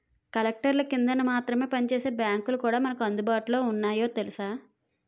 కలెక్టర్ల కిందన మాత్రమే పనిచేసే బాంకులు కూడా మనకు అందుబాటులో ఉన్నాయి తెలుసా